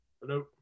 Hello